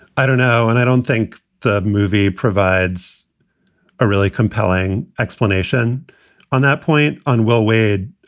i don't know. and i don't think the movie provides a really compelling explanation on that point on. well, wade.